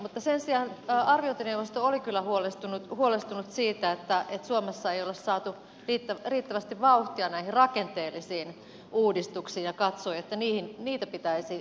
mutta sen sijaan arviointineuvosto oli kyllä huolestunut siitä että suomessa ei ole saatu riittävästi vauhtia näihin rakenteellisiin uudistuksiin ja katsoi että niitä pitäisi vauhdittaa